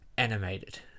animated